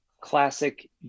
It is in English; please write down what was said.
classic